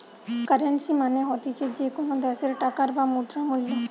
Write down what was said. currency মানে হতিছে যে কোনো দ্যাশের টাকার বা মুদ্রার মূল্য